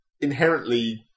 inherently